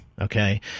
okay